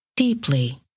deeply